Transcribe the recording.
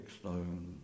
stone